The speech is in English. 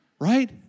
right